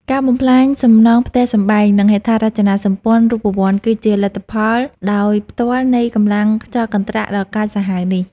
ការបំផ្លាញសំណង់ផ្ទះសម្បែង និងហេដ្ឋារចនាសម្ព័ន្ធរូបវន្ត គឺជាលទ្ធផលដោយផ្ទាល់នៃកម្លាំងខ្យល់កន្ត្រាក់ដ៏កាចសាហាវនេះ។